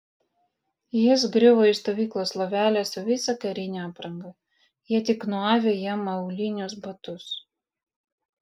jis griuvo į stovyklos lovelę su visa karine apranga jie tik nuavė jam aulinius batus